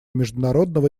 международного